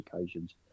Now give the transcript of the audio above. occasions